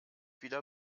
wieder